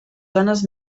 zones